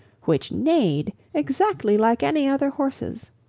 which neighed exactly like any other horses.